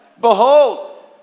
Behold